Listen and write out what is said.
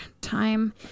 time